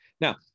Now